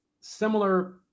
similar